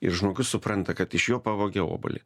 ir žmogus supranta kad iš jo pavogė obuolį